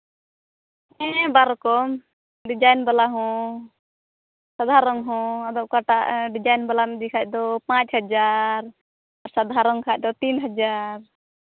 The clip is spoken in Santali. ᱦᱮᱸ ᱵᱟᱨ ᱨᱚᱠᱚᱢ ᱰᱤᱡᱟᱭᱤᱱ ᱵᱟᱞᱟ ᱦᱚᱸ ᱥᱟᱫᱷᱟᱨᱚᱱ ᱦᱚᱸ ᱟᱫᱚ ᱚᱠᱟᱴᱟᱜ ᱰᱤᱡᱟᱭᱤᱱ ᱵᱟᱞᱟᱢ ᱤᱫᱤ ᱠᱷᱟᱡ ᱫᱚ ᱯᱟᱸᱪ ᱦᱟᱡᱟᱨ ᱥᱟᱫᱷᱟᱨᱚᱱ ᱠᱷᱟᱡ ᱫᱚ ᱛᱤᱱ ᱦᱟᱡᱟᱨ